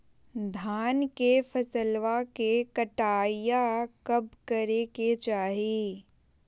धान के फसलवा के कटाईया कब करे के चाही?